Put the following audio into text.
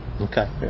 Okay